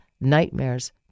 nightmares